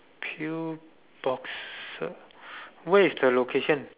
peel boxes where is the location